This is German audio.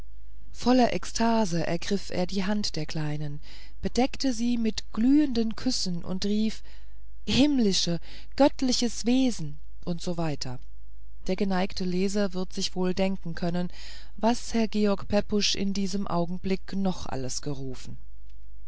voller ekstase ergriff er die hand der kleinen bedeckte sie mit glühenden küssen und rief himmlisches göttliches wesen u s w der geneigte leser wird wohl sich denken können was herr georg pepusch in diesem augenblick noch alles gerufen